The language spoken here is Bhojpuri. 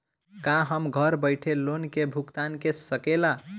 का हम घर बईठे लोन के भुगतान के शकेला?